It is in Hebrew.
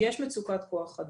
יש מצוקת כוח אדם,